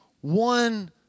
one